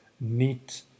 neat